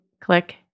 click